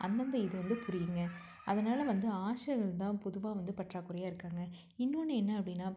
அந்தந்த இது வந்து புரியுங்க அதனால் வந்து ஆசிரியர்கள் தான் பொதுவாக வந்து பற்றாக்குறையாக இருக்காங்க இன்னொன்று என்ன அப்படின்னா